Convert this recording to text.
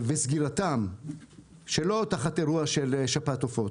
וסגירתם שלא תחת אירוע של שפעת עופות,